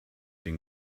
den